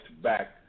back